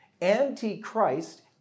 anti-Christ